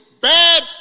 bad